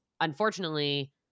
unfortunately